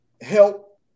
help